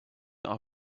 our